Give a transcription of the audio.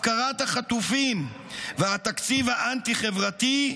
הפקרת החטופים והתקציב האנטי-חברתי,